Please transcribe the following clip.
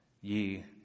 ye